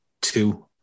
two